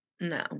No